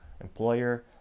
employer